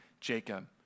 Jacob